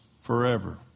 forever